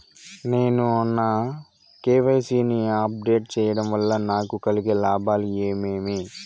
నేను నా కె.వై.సి ని అప్ డేట్ సేయడం వల్ల నాకు కలిగే లాభాలు ఏమేమీ?